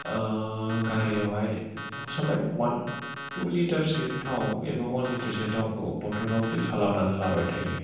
गारियावहाय सब समाय अवान टु लिटार सो थाव एबा अवान लिटार सो थावखौ बटल आव फिल खालामनानै लाबाय थायो